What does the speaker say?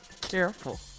Careful